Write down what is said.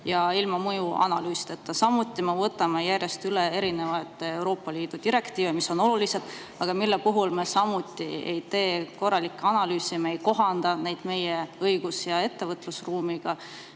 ja ilma mõjuanalüüsita. Samuti võtame me järjest üle Euroopa Liidu direktiive, mis on olulised, aga nende puhul me samuti ei tee korralikke analüüse ega kohanda neid meie õigus‑ ja ettevõtlusruumiga.